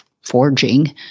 forging